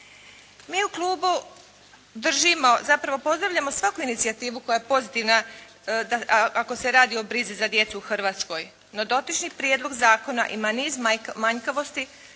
zapravo pozdravljamo svaku inicijativu koja je pozitivna ako se radi o brizi za djecu u Hrvatskoj. No dotični prijedlog zakona ima niz manjkavosti